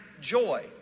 joy